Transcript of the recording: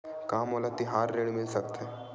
का मोला तिहार ऋण मिल सकथे?